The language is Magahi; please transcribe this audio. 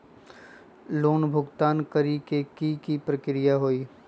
लोन भुगतान करे के की की प्रक्रिया होई?